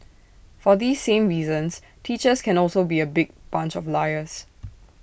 for these same reasons teachers can also be A big bunch of liars